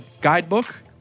guidebook